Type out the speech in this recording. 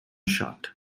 shot